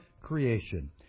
creation